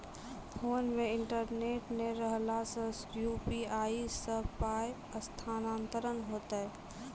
Phone मे internet नै रहला सॅ, यु.पी.आई सॅ पाय स्थानांतरण हेतै?